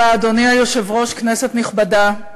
אדוני היושב-ראש, תודה רבה, כנסת נכבדה,